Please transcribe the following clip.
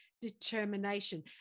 determination